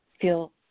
feel